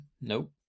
Nope